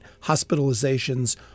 Hospitalizations